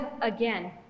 again